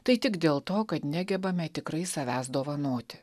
tai tik dėl to kad negebame tikrai savęs dovanoti